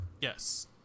yes